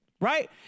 Right